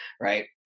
right